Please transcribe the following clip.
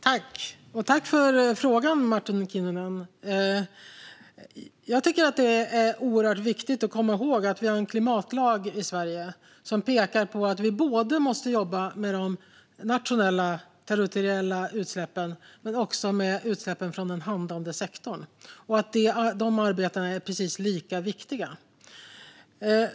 Herr talman! Tack för frågan, Martin Kinnunen! Det är oerhört viktigt att komma ihåg att vi har en klimatlag i Sverige som säger att vi måste arbeta både med de nationella, territoriella utsläppen och med utsläppen från den handlande sektorn och att dessa arbeten är precis lika viktiga.